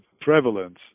prevalence